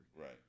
Right